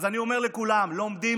אז אני אומר לכולם: לומדים